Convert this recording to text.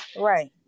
Right